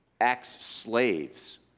ex-slaves